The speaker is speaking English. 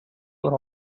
were